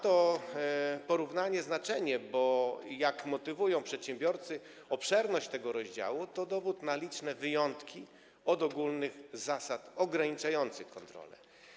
To porównanie ma znaczenie, bo jak motywują przedsiębiorcy, obszerność tego rozdziału to dowód na liczne wyjątki od ogólnych zasad ograniczających kontrole.